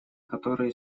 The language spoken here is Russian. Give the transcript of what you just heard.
которые